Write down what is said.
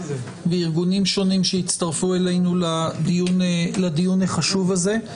ארגונים שונים שהצטרפו אלינו לדיון החשוב הזה.